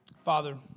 Father